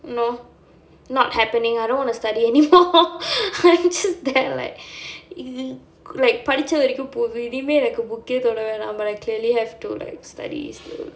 no not happening I don't want to study anymore I'm just there like like படிச்ச வரைக்கும் போதோ இனிமே எனக்கு:padicha varaikkum potho inimae enakku book eh தொட வேணா:thoda vaenaa but I clearly have to like study still